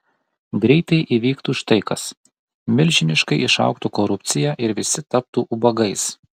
greitai įvyktų štai kas milžiniškai išaugtų korupcija ir visi taptų ubagais